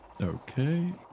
Okay